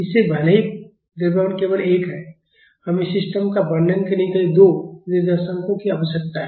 इसलिए भले ही द्रव्यमान केवल एक है हमें सिस्टम का वर्णन करने के लिए दो निर्देशांकों की आवश्यकता है